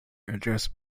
addressed